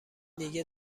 دیگه